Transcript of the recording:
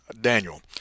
Daniel